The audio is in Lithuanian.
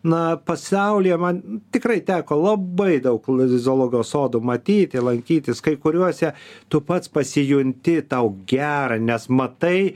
na pasaulyje man tikrai teko labai daug ir zoologijos sodų matyti lankytis kai kuriuose tu pats pasijunti tau gera nes matai